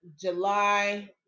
July